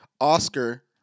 Oscar